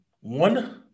one